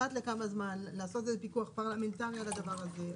אחת לכמה זמן לעשות פיקוח פרלמנטרי על הדבר הזה,